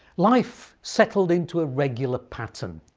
life settled into ah regular pattern,